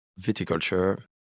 viticulture